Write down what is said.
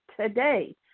today